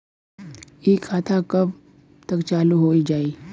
इ खाता कब तक चालू हो जाई?